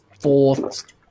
fourth